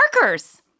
markers